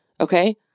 Okay